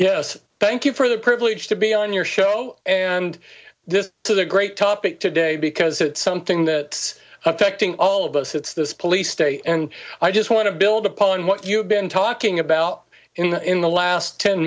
yes thank you for the privilege to be on your show and this to the great topic today because it's something that affecting all of us it's this police state and i just want to build upon what you've been talking about in the last ten